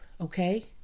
okay